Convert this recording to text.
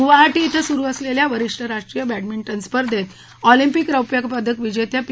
गुवाहाटी बें सुरु असलेल्या वरीष्ट गट राष्ट्रीय बॅंडमिंटन स्पर्धेत ऑलिम्पिक रौप्यपदक विजेत्या पी